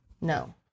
No